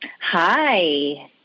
Hi